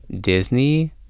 disney